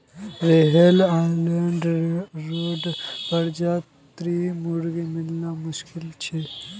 Rhode Island red प्रजातिर मुर्गी मिलना मुश्किल छ